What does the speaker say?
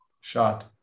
shot